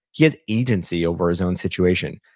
he has agency over his own situation.